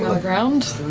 the ground,